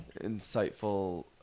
insightful